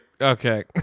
okay